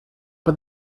but